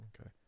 Okay